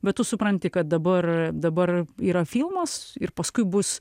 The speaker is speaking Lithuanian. bet tu supranti kad dabar dabar yra filmas ir paskui bus